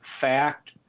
fact